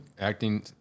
acting